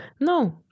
No